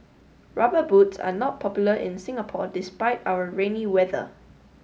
rubber boots are not popular in Singapore despite our rainy weather